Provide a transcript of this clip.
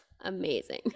Amazing